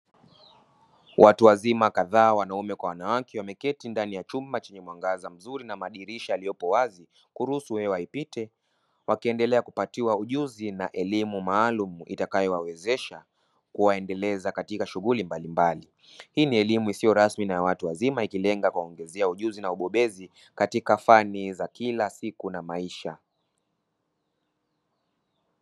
Watu wazima kadhaa wanaume kwa wanawake wameketi ndani ya chumba chenye mwangaza mzuri na madirisha yaliyopo wazi kuruhusu hewa ipite wakiendelea kupatiwa ujuzi na elimu maalumu itakayowawezesha kuwaendeleza katika shughuli mbalimbali. Hii ni elimu isiyo rasmi na ya waru wazima ikilenga kuwaongezea ujuzi na ubobezi katika fani za kila siku na maisha.